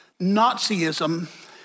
Nazism